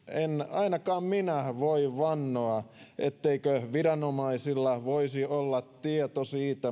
ainakaan minä voi vannoa etteikö viranomaisilla voisi olla tieto siitä